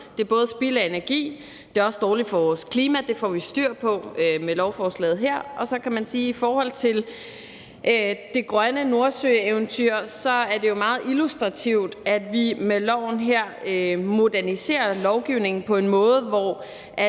det er både spild af energi og dårligt for vores klima. Det får vi styr på med lovforslaget her. Så kan man sige, at i forhold til det grønne Nordsøeventyr er det jo meget illustrativt, at vi med loven her moderniserer lovgivningen på en sådan